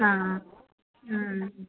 ஆ ஆ ம் ம்